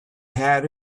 had